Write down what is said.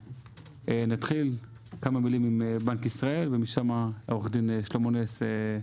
ונתחיל, כמה מילים בנק ישראל ומשם עו"ד שלמה נס,